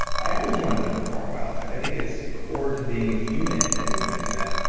i always wanted to perform well. i think it's core to being a human that we want to do that.